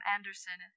Anderson